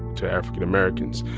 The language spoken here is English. to african americans.